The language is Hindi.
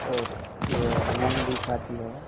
और यह मूंग भी खाती है